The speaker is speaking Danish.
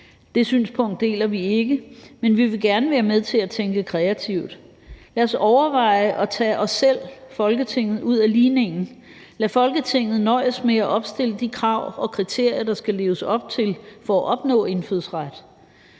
Det synspunkt deler vi ikke, men vi vil gerne være med til at tænke kreativt. Lad os overveje at tage os selv, Folketinget, ud af ligningen. Lad Folketinget nøjes med at opstille de krav og kriterier, der skal leves op til for at opnå indfødsret